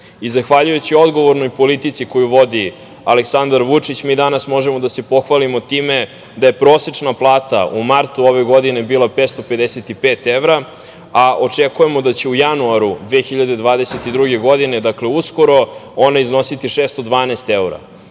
sigurno. Zahvaljujući odgovornoj politici koju vodi Aleksandar Vučić mi danas možemo da se pohvalimo time da je prosečna plata u martu ove godine bila 555 evra, a očekujemo da ću u januaru 2022. godine, dakle uskoro, ona iznositi 612 evra.